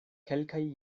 kelkaj